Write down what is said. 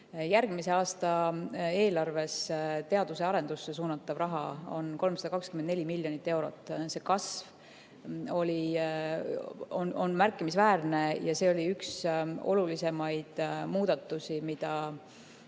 Järgmise aasta eelarves teaduse arendusse suunatav raha on 324 miljonit eurot. Kasv on märkimisväärne ja see oli üks olulisemaid muudatusi, mida